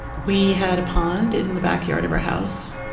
we had a pond in the backyard of our house